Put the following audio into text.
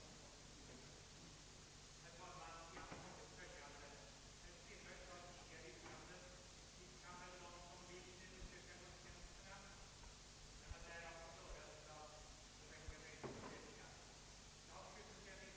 »Enligt svensk rättsuppfattning skall enskilda och grupper av människor vara lagligt skyddade mot kränkande angrepp. Sådant lagskydd finns också . För religiösa grupper finns desstom vissa stadganden som ger ett ytterligare skydd. Vi anser inte att den kristna kyrkan eller kristna människor är betjänta av extra lagskydd mot angrepp eller otrivsel.